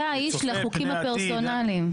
אתה האיש לחוקים הפרסונליים.